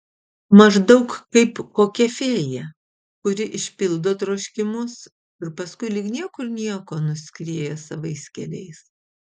maždaug kaip kokia fėja kuri išpildo troškimus ir paskui lyg niekur nieko nuskrieja savais keliais